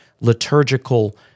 liturgical